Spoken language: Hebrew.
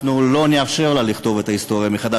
אנחנו לא נאפשר לה לכתוב את ההיסטוריה מחדש.